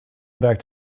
back